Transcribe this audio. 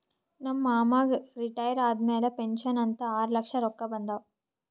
ನಮ್ ಮಾಮಾಗ್ ರಿಟೈರ್ ಆದಮ್ಯಾಲ ಪೆನ್ಷನ್ ಅಂತ್ ಆರ್ಲಕ್ಷ ರೊಕ್ಕಾ ಬಂದಾವ್